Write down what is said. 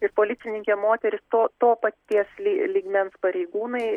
ir policininkė moteris to to paties ly lygmens pareigūnai